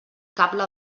cable